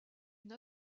une